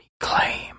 reclaim